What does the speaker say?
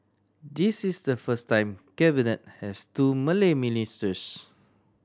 this is the first time Cabinet has two Malay ministers